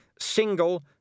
Single